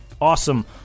awesome